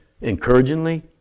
encouragingly